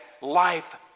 life